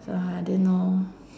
so I didn't know